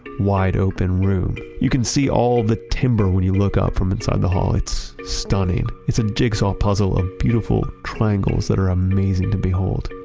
wide open room. you can see all the timber when you look up from inside the hall. it's stunning it's a jigsaw pizzle of beautiful triangles that are amazing to behold